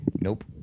Nope